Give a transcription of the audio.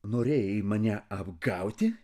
norėjai mane apgauti